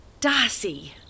Darcy